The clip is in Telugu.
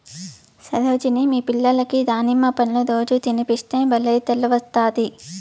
సరోజిని మీ పిల్లలకి దానిమ్మ పండ్లు రోజూ తినిపిస్తే బల్లే తెలివొస్తాది